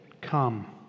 Come